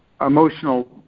emotional